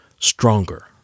stronger